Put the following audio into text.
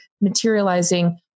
materializing